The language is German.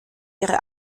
ihre